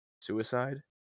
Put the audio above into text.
suicide